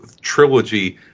trilogy